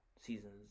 seasons